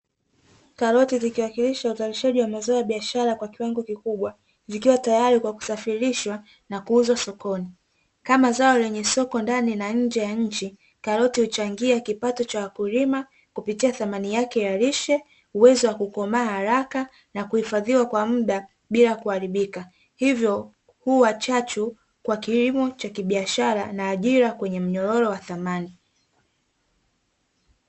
Karoti zikiwakilisha uzalishaji wa mazao ya biashara kwa kiwango kikubwa. Zikiwa tayari kwa kusafirishwa na kuuzwa sokoni. Kama zao lenye soko ndani na nje ya nchi, karoti huchangia kipato cha wakulima kupitia thamani yake ya lishe, uwezo wa kukomaa haraka na kuhifadhiwa kwa muda bila kuharibika. Hivyo, huwa chachu kwa kilimo cha kibiashara na ajira kwenye mnyororo wa thamani.